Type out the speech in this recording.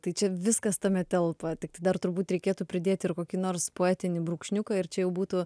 tai čia viskas tame telpa tik dar turbūt reikėtų pridėti ir kokį nors poetinį brūkšniuką ir čia jau būtų